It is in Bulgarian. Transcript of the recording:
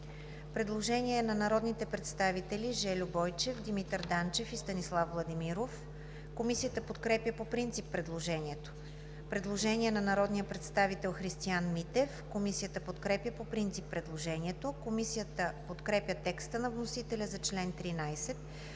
предложение на народните представители Жельо Бойчев, Димитър Данчев и Станислав Владимиров. Комисията подкрепя по принцип предложението. Има предложение на народния представител Христиан Митев. Комисията подкрепя по принцип предложението. Комисията подкрепя текста на вносителя за чл. 12,